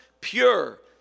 pure